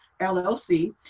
llc